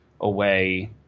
away